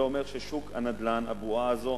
זה אומר ששוק הנדל"ן, הבועה הזאת,